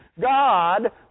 God